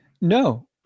No